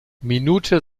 minute